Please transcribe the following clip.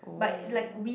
oh